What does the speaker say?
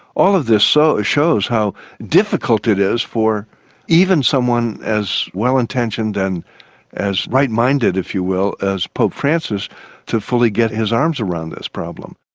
all of this so ah shows how difficult it is for even someone as well intentioned and as right-minded, if you will, as pope francis to fully get his arms around this problem.